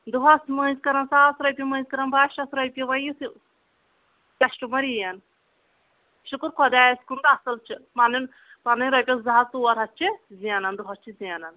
دۄہس مٔنٛزۍ کٕنان ساس رۄپیہ منٛزۍ کٕنان باہ شٮ۪تھ رۄپیہ وۄۍ یٕتھۍ کسٹَمر یِیَن شُکر خۄدایس کُن تہ اصٕل چھِ پَنٕنۍ پَنٕنۍ رۄپیٚیَس زٕ ہتھ ژور ہتھ چھ زینان دۄہس چھ زینان